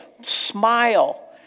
smile